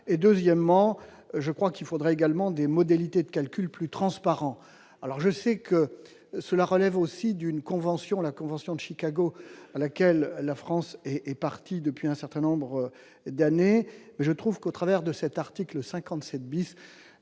et, deuxièmement, je crois qu'il faudra également des modalités de calculs, plus transparent, alors je sais que cela relève aussi d'une convention, la convention de Chicago à laquelle la France et est parti depuis un certain nombre d'années, je trouve qu'au travers de cet article 57 bis,